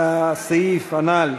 ולכן אנחנו נצביע על הסעיף הנ"ל,